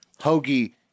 Hoagie